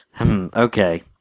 Okay